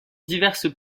diverses